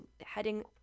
heading